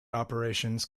operations